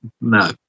No